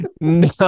No